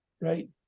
right